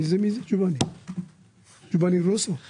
תודה.